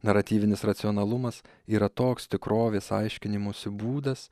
naratyvinis racionalumas yra toks tikrovės aiškinimosi būdas